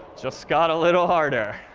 just got a little harder,